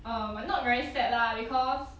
I'm not very sad lah because